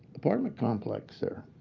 apartment complex there